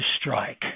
strike